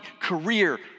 career